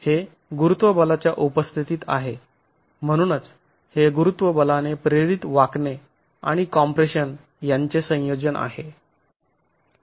हे गुरुत्वबलाच्या उपस्थितीत आहे म्हणूनच हे गुरुत्व बलाने प्रेरित वाकणे आणि कॉम्प्रेशन यांचे संयोजन आहे